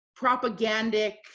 propagandic